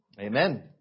Amen